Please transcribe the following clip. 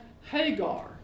Hagar